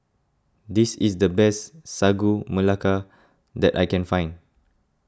this is the best Sagu Melaka that I can find